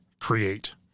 create